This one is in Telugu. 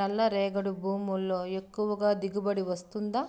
నల్ల రేగడి భూముల్లో ఎక్కువగా దిగుబడి వస్తుందా